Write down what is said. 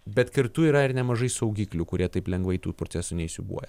bet kartu yra ir nemažai saugiklių kurie taip lengvai tų procesų neįsiūbuoja